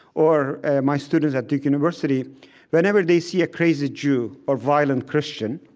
or my students at duke university whenever they see a crazy jew or violent christian,